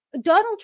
Donald